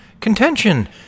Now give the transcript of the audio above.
Contention